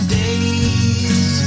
days